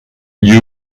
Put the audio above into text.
gli